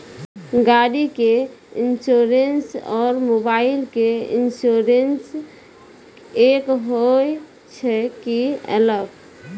गाड़ी के इंश्योरेंस और मोबाइल के इंश्योरेंस एक होय छै कि अलग?